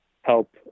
help